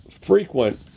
frequent